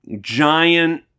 giant